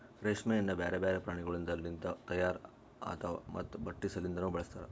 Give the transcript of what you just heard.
ರೇಷ್ಮೆಯನ್ನು ಬ್ಯಾರೆ ಬ್ಯಾರೆ ಪ್ರಾಣಿಗೊಳಿಂದ್ ಲಿಂತ ತೈಯಾರ್ ಆತಾವ್ ಮತ್ತ ಬಟ್ಟಿ ಸಲಿಂದನು ಬಳಸ್ತಾರ್